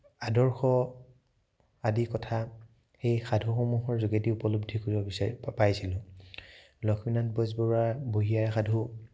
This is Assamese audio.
আদৰ্শ আদি কথা সেই সাধুসমূহৰ যোগেদি উপলব্ধি কৰিব বিচাৰি বা পাইছিলোঁ লক্ষ্মীনাথ বেজবৰুৱাৰ বুঢ়ী আইৰ সাধু